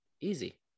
easy